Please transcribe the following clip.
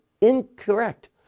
incorrect